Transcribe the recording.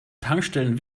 tankstellen